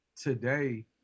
today